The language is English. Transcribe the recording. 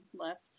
left